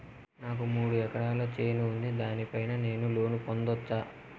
నాకు మూడు ఎకరాలు చేను ఉంది, దాని పైన నేను లోను పొందొచ్చా?